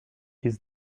his